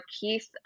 Keith